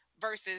versus